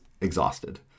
exhausted